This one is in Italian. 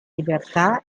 libertà